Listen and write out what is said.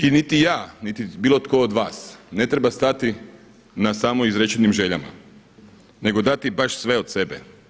I niti ja, niti bilo tko od vas ne treba stati na samo izrečenim željama, nego dati baš sve od sebe.